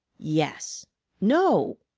yes no!